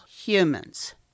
humans